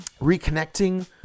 reconnecting